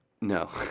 No